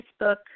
Facebook